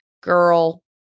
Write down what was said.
Girl